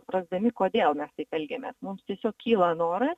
suprasdami kodėl mes elgiamės mums tiesiog kyla noras